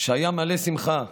שהיה מלא שמחה,